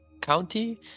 County